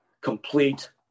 complete